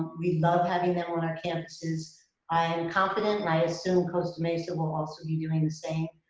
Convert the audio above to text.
we love having them on our campuses. i am confident, and i assume costa mesa will also be doing the same,